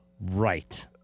Right